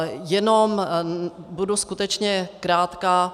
Jenom budu skutečně krátká.